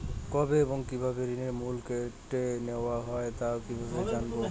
কবে এবং কিভাবে ঋণের মূল্য কেটে নেওয়া হয় তা কিভাবে জানবো?